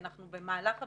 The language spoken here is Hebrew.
במהלך הביקורת,